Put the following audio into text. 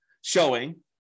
showing